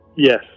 Yes